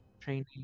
training